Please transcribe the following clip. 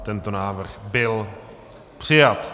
Tento návrh byl přijat.